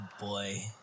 boy